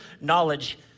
knowledge